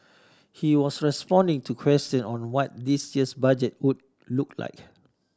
he was responding to question on what this year's Budget would look like